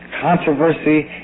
controversy